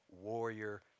warrior